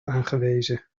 aangewezen